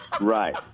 Right